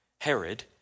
Herod